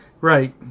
Right